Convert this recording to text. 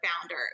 founder